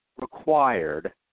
required